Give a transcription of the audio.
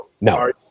No